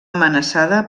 amenaçada